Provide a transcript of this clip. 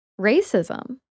racism